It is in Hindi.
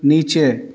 नीचे